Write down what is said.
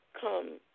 Come